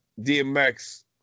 DMX